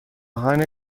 آهن